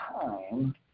time